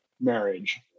marriage